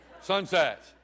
sunsets